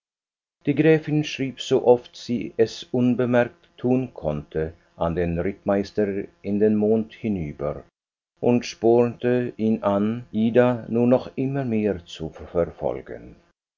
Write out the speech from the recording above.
die gräfin schrieb so oft sie es unbemerkt tun konnte an den rittmeister in den mond hinüber und spornte ihn an ida nur noch immer mehr zu verfolgen